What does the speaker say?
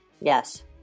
yes